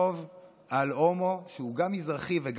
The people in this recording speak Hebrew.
על הומו שהוא גם מזרחי וגם מסורתי